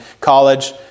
college